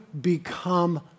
become